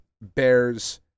bears